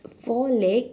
four legs